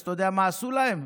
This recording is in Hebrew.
אז אתה יודע מה עשו להם?